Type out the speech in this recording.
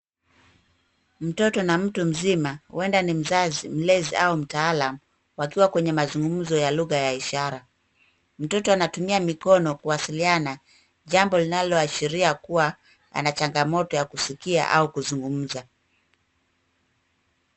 Mtoto na mtu mzim. Huenda ni mzazi, mlezi au mtaalamu, wakiwa kwenye mazungumzo ya lugha ya ishara. Mtoto anatumia mikono kuwasiliana jambo linaloashiria kua anachangamoto ya kusikia au kuzungumza.